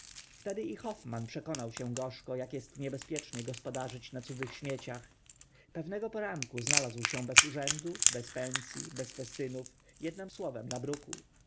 wtedy i hoffmann przekonał się gorzko ak est niebezpiecznie gospodarzyć na cudzych śmieciach pewnego poranku znalazł się bez urzędu bez pens i bez festynów ednym słowem na bruku